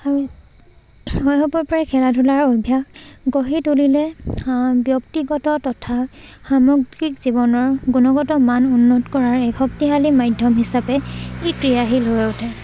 আৰু শৈশৱৰপৰাই খেলা ধূলাৰ অভ্যাস গঢ়ি তোলিলে ব্যক্তিগত তথা সামগ্ৰিক জীৱনৰ গুণগত মান উন্নত কৰাৰ এক শক্তিশালী মাধ্যম হিচাপে ই ক্ৰিয়াশীল হৈ উঠে